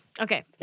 Okay